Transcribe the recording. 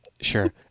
Sure